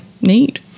need